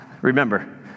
remember